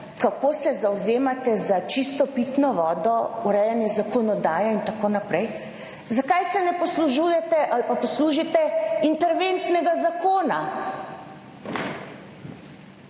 kako se zavzemate za čisto pitno vodo, urejanje zakonodaje in tako naprej. Zakaj se ne poslužujete ali